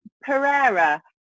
Pereira